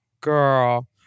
Girl